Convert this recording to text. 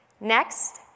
Next